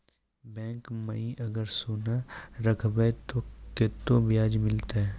Bank माई अगर सोना राखबै ते कतो ब्याज मिलाते?